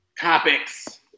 Topics